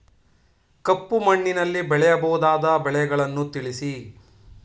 ಕಪ್ಪು ಮಣ್ಣಿನಲ್ಲಿ ಬೆಳೆಯಬಹುದಾದ ಬೆಳೆಗಳನ್ನು ತಿಳಿಸಿ?